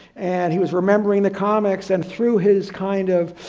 and he was remembering the comics and through his kind of,